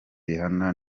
rihanna